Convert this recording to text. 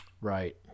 Right